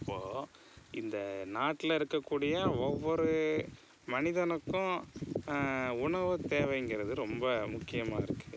அப்போது இந்த நாட்டில் இருக்கக்கூடிய ஒவ்வொரு மனிதனுக்கும் உணவுத்தேவைங்கிறது ரொம்ப முக்கியமாக இருக்குது